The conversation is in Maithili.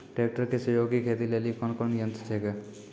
ट्रेकटर के सहयोगी खेती लेली कोन कोन यंत्र छेकै?